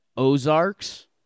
Ozarks